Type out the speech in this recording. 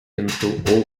contributing